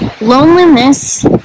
Loneliness